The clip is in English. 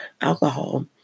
alcohol